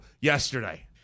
yesterday